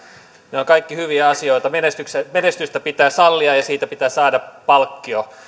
ne ovat kaikki hyviä asioita menestystä pitää sallia ja siitä pitää saada palkkio